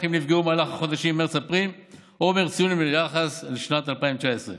בחודשים מרץ-אפריל ניתן סיוע בהיקף משמעותי באמצעות הכלים הבאים: